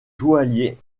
joaillier